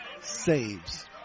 saves